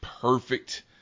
perfect